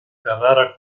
ferrara